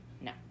No